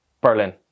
Berlin